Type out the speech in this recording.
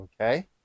Okay